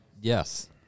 Yes